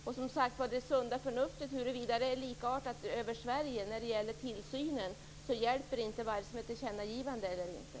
Jag vet inte huruvida det sunda förnuftet är likartat över Sverige när det gäller tillsynen, men det hjälper inte med ett tillkännagivande.